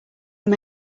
are